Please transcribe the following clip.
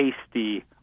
tasty